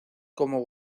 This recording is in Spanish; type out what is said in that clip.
como